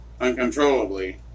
uncontrollably